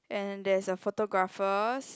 and there's some photographers